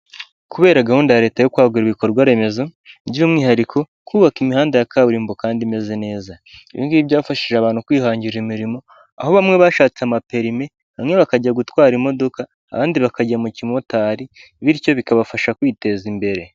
kubera gahunda ya leta yo kwagura ibikorwa remezo by'umwihariko kubaka imihanda ya kaburimbo kandi imeze neza, ibingibi byafashije abantu kwihangira imirimo aho bamwe bashatse amaperime bamwe bakajya gutwara imodoka abandi bakajya mu kimotari bityo bikabafasha kwiteza imbere.